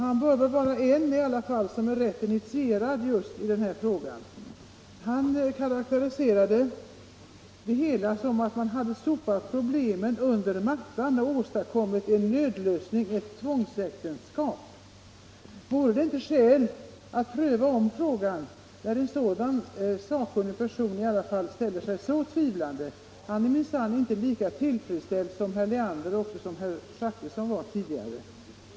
Han bör väl vara en person som är rätt initierad just i denna fråga. Han karakteriserade det hela som att man hade sopat problemen under mattan och åstadkommit en nödlösning, ett tvångsäktenskap. Vore det inte skäl att ompröva frågan, när en så sakkunnig person ställer sig så tvivlande? Han är minsann inte lika tillfredsställd som herrar Leander och Zachrisson.